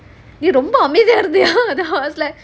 நீ ரொம்ப அமைதியா இருந்த:nee romba amaithiyaa iruntha then I was like